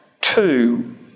two